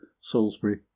salisbury